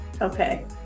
okay